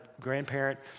grandparent